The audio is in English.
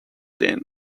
then